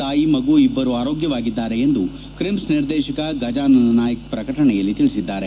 ತಾಯಿ ಮಗು ಇಬ್ಬರೂ ಆರೋಗ್ಯವಾಗಿದ್ದಾರೆ ಎಂದು ಕ್ರಿಮ್ಸ್ ನಿರ್ದೇಶಕ ಗಜಾನನ ನಾಯ್ಕ ಪ್ರಕಟಣೆಯಲ್ಲಿ ತಿಳಿಸಿದ್ದಾರೆ